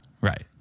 Right